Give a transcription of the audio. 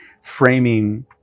framing